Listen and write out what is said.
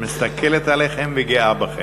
מסתכלת עליכם וגאה בכם.